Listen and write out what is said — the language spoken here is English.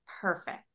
perfect